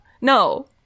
No